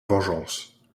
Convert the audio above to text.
vengeance